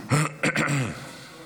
אדוני